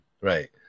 Right